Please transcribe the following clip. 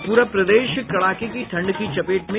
और पूरा प्रदेश कड़ाके की ठंड की चपेट में